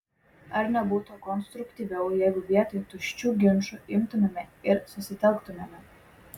ar nebūtų konstruktyviau jeigu vietoj tuščių ginčų imtumėme ir susitelktumėme